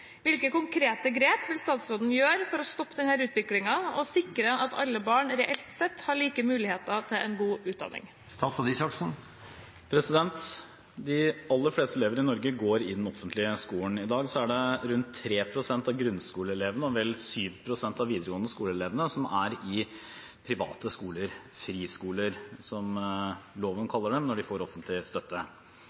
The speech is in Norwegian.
Hvilke konkrete grep vil statsråden gjøre for å stoppe denne utviklingen og sikre alle barn reelt sett like muligheter til en god utdanning?» De aller fleste elever i Norge går i den offentlige skolen. I dag er det rundt 3 pst. av grunnskoleelevene og vel 7 pst. av elevene på videregående skole som går på private skoler – friskoler, som loven kaller dem når de får offentlig støtte.